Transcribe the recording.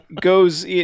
goes